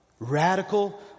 Radical